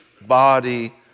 body